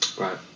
Right